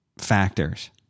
Factors